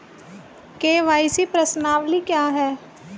KYC प्रश्नावली क्या है?